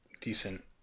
decent